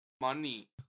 money